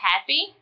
happy